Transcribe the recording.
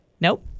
Nope